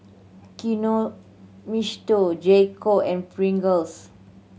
Kinohimitsu J Co and Pringles